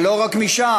אבל לא רק משם.